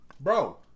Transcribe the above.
Bro